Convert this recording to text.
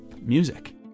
music